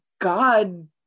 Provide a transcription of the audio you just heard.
god